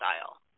style